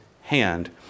hand